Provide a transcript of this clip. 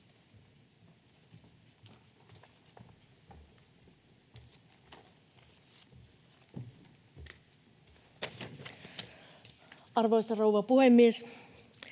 Arvoisa rouva puhemies!